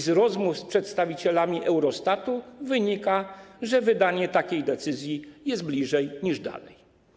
Z rozmów z przedstawicielami Eurostatu wynika, że wydanie takiej decyzji jest bliżej niż dalej.